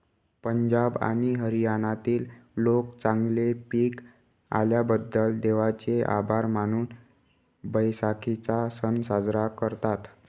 पंजाब आणि हरियाणातील लोक चांगले पीक आल्याबद्दल देवाचे आभार मानून बैसाखीचा सण साजरा करतात